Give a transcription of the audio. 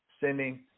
sending